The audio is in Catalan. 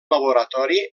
laboratori